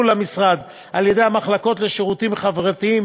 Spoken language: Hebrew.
למשרד על-ידי המחלקות לשירותים חברתיים,